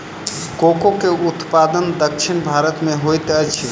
cocoa के उत्पादन दक्षिण भारत में होइत अछि